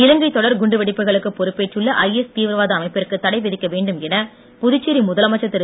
இலங்கை தொடர் குண்டு வெடிப்புகளுக்கு பொறுப்பேற்றுள்ள ஐஎஸ் தீவிரவாத அமைப்பிற்கு தடை விதிக்க வேண்டும் என புதுச்சேரி முதலமைச்சர் திரு